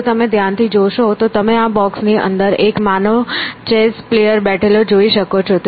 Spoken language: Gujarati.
જો તમે ધ્યાનથી જોશો તો તમે આ બોક્સની અંદર એક માનવ ચેસ પ્લેયર બેઠેલો જોઈ શકો છો